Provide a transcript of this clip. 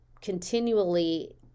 continually